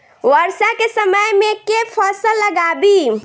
वर्षा केँ समय मे केँ फसल लगाबी?